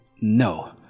no